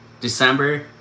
December